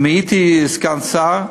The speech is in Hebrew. אם הייתי סגן שר,